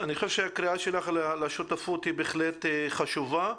אני חושב שהקריאה שלך לשותפות היא בהחלט חשובה.